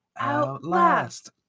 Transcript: outlast